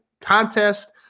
contest